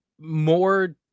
more